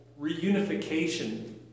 reunification